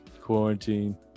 quarantine